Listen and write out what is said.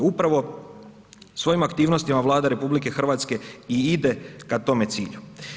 Upravo svojim aktivnostima Vlada RH i ide ka tome cilju.